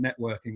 networking